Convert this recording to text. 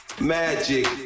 Magic